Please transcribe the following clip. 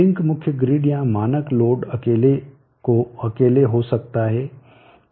sink मुख्य grid या मानक लोड अकेले हो सकता है